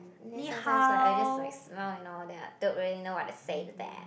then sometimes like I just like snore and all that I don't really what to say to them